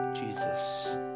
Jesus